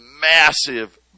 massive